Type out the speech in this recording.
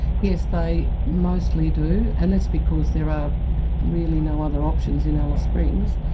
yes, they mostly do, and that's because there are really no other options in alice springs.